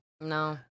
No